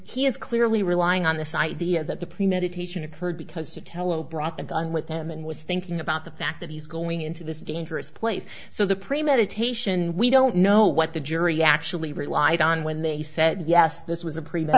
he is clearly relying on this idea that the premeditation occurred because you tell o'bryant the gun with him and was thinking about the fact that he's going into this dangerous place so the premeditation we don't know what the jury actually relied on when they said yes this was a pre